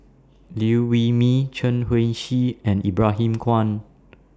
Liew Wee Mee Chen Wen Hsi and Ibrahim Awang